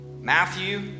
Matthew